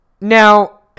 Now